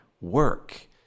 work